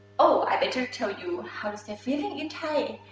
oh, i better tell you how to say feeling in thai.